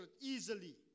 easily